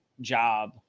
job